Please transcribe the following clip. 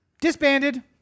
disbanded